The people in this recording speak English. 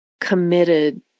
committed